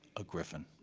a griffin.